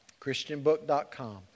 ChristianBook.com